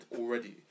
already